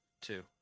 Two